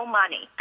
money